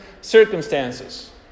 circumstances